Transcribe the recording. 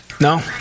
No